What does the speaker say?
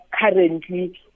Currently